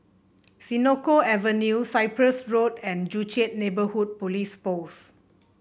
Senoko Avenue Cyprus Road and Joo Chiat Neighbourhood Police Post